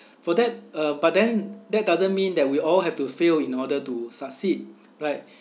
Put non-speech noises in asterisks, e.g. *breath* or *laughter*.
*breath* for that uh but then that doesn't mean that we all have to fail in order to succeed right